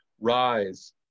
Rise